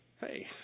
hey